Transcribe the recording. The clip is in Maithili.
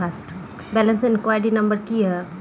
बैलेंस इंक्वायरी नंबर की है?